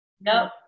Nope